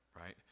Right